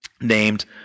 named